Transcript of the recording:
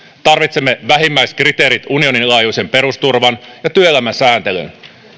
tarvitsemme vähimmäiskriteerit unionin laajuiseen perusturvan ja työelämän sääntelyyn